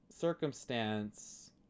circumstance